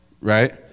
Right